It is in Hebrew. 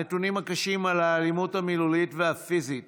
הנתונים הקשים על האלימות המילולית והפיזית